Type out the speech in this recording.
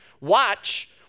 watch